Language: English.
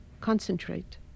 concentrate